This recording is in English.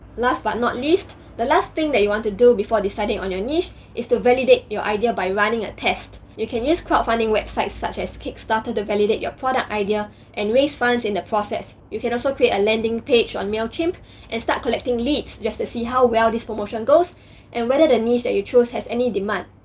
last but not least, the last thing that you want to do before deciding on your niche is to validate your idea by running a test. you can use crowdfunding websites such as kickstarter to validate your product idea and raise funds in the process. you can also create a landing page on mailchimp and start collecting leads just to see how well this promotion goes and whether the niche that you choose has any demand.